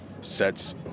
sets